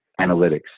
analytics